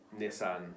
nissan